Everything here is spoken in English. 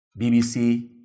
BBC